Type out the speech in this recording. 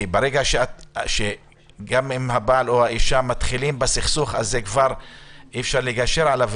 כי אם הבעל או האישה מתחילים בסכסוך כבר אי-אפשר לגשר עליו,